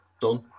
done